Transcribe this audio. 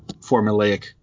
formulaic